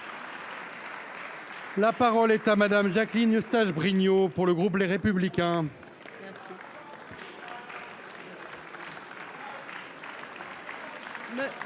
La parole est à Mme Jacqueline Eustache Brinio, pour le groupe Les Républicains.